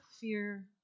fear